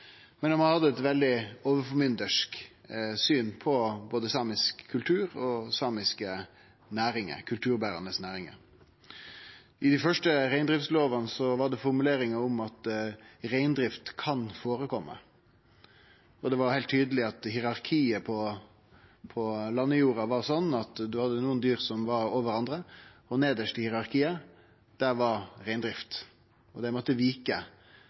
Men ein må ha hatt eit veldig overformyndarsk syn på både samisk kultur og samiske, kulturberande næringar. I dei første reindriftslovane var det formuleringar om at reindrift kan skje. Det var heilt tydeleg at hierarkiet på landjorda var slik at ein hadde nokre dyr som var over andre, og nedst i hierarkiet var reindrift. Det måtte vike